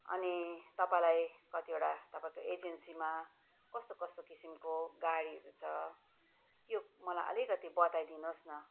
अनि तपाईँलाई कतिवडा तपाईँको एजेन्सीमा कस्तो कस्तो किसिमको गाडीहरू छ यो मलाई अलिकति बताइदिनुहोस् न